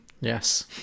Yes